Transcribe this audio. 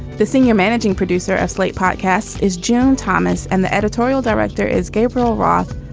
the senior managing producer of slate podcast is joan thomas and the editorial director is gabriel roth.